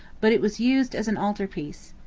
but it was used as an altar-piece.